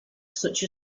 such